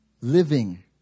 living